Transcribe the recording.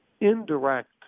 indirect